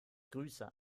grüße